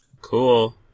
Cool